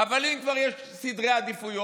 אבל אם כבר יש סדרי עדיפויות,